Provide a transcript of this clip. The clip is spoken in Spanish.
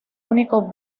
único